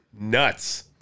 Nuts